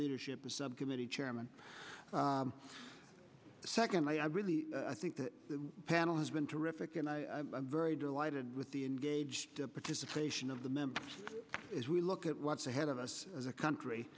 leadership of subcommittee chairman secondly i really i think that the panel has been terrific and i'm very delighted with the engaged to participate in of the members as we look at what's ahead of us as a country